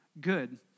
good